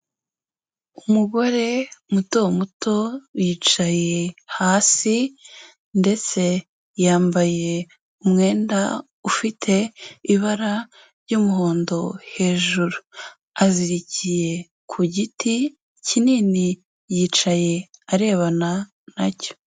Umugore muto muto yicaye hasi ndetse yambaye umwenda ufite ibara ry'umuhondo hejuru, azirikiye ku giti kinini yicaye arebana nacyo.